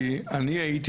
אולי הייתי